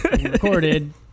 recorded